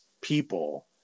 people